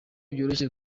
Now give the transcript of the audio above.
byoroshye